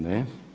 Ne.